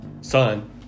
son